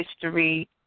history